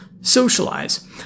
socialize